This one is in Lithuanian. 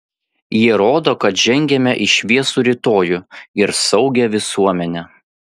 jie rodo kad žengiame į šviesų rytojų ir saugią visuomenę